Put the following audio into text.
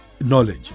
knowledge